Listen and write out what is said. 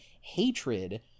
hatred